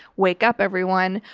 wake up everyone.